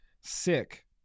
Sick